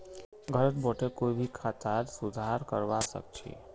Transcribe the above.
घरत बोठे कोई भी खातार सुधार करवा सख छि